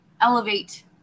elevate